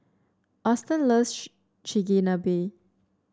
Auston loves Chigenabe